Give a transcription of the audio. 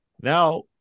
Now